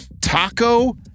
Taco